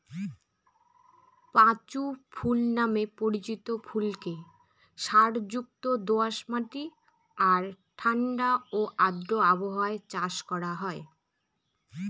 পাঁচু ফুল নামে পরিচিত ফুলকে সারযুক্ত দোআঁশ মাটি আর ঠাণ্ডা ও আর্দ্র আবহাওয়ায় চাষ করা হয়